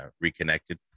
reconnected